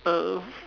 err